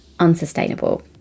unsustainable